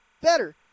better